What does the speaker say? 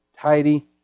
tidy